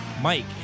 Mike